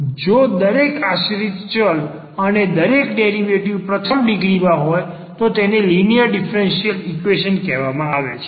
જો દરેક આશ્રિત ચલ અને દરેક ડેરિવેટિવ પ્રથમ ડિગ્રીમાં હોય તો તેને લિનિયર ડીફરન્સીયલ ઈક્વેશન કહેવામાં આવે છે